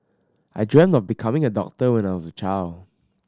I dreamed of becoming a doctor when I was a child